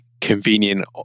convenient